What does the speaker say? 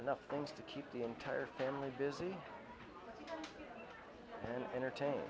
enough things to keep the entire family busy and entertain